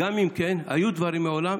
היו דברים מעולם,